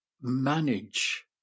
manage